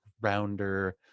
rounder